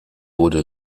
wurde